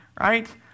right